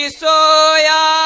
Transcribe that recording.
soya